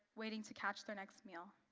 waiting to catch their next meal.